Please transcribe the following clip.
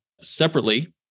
Separately